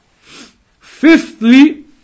Fifthly